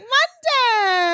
Monday